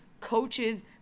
coaches